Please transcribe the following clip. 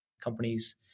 companies